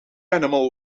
animal